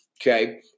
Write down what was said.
okay